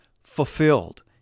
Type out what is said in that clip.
fulfilled